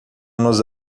nos